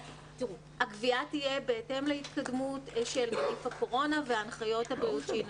הגבייה תהיה בהתאם להתקדמות של נגיף הקורונה והנחיות הבריאות שיינתנו.